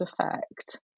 effect